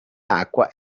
acqua